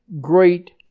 great